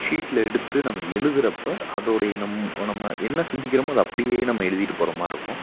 ஷீட்டில் எடுத்து நம்ம எழுதுகிறதப்ப அதோடைய நம் நம்ம என்ன சிந்திக்கிறமோ அதை அப்படியே நம்ம எழுதிகிட்டு போகிற மாதிரி இருக்கும்